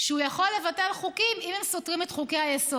שהוא יכול לבטל חוקים אם הם סותרים את חוקי-היסוד.